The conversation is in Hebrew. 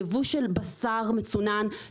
יבוא של בשר מצונן,